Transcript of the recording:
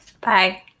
Bye